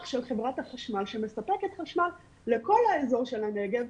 של חברת החשמל שמספקת חשמל לכל האזור של הנגב,